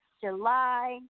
July